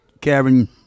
Karen